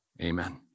amen